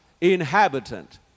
inhabitant